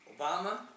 Obama